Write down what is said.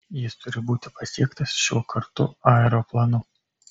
jis turi būti pasiektas šiuo kartu aeroplanu